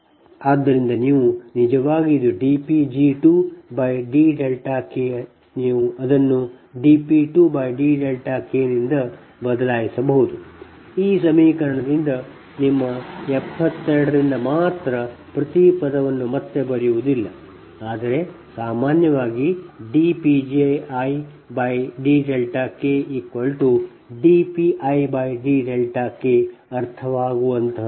ಆದ್ದರಿಂದ ಇದು ನಿಜವಾಗಿ ನೀವು dP g2 dδ K ನೀವು ಅದನ್ನು dP 2 dδ K ನಿಂದ ಬದಲಾಯಿಸಬಹುದು ಈ ಸಮೀಕರಣದಿಂದ ನಿಮ್ಮ 72 ರಿಂದ ಮಾತ್ರ ಪ್ರತಿ ಪದವನ್ನು ಮತ್ತೆ ಬರೆಯುವುದಿಲ್ಲ ಆದರೆ ಸಾಮಾನ್ಯವಾಗಿ dP gi dδ K dP i dδ K ಅರ್ಥವಾಗುವಂತಹದ್ದಾಗಿದೆ